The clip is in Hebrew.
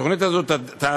התוכנית הזו תעסוק